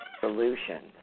solution